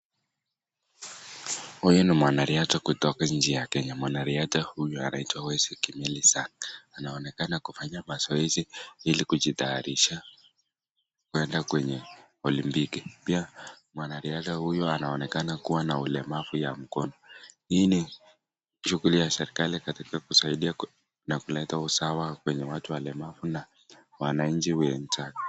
Huyu ni mwanariadha kutoka nchi ya Kenya, mwanariadha huyu anaitwa Wesley Kimilisa anaonekana kufanya mazoezi ili kujitayarisha kuenda kwenye olimpiki pia mwanariadha huyu anaonekana kuwa na ulemavu ya mkono hii ni shughuli ya serikali katika kuleta usawa kwenye watu walemavu na wananchi wenzake.